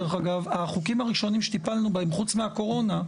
החוקים הראשונים שטיפלנו בהם חוץ מהקורונה,